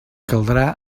caldrà